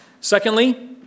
Secondly